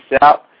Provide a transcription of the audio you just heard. out